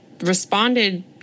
responded